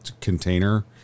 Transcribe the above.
container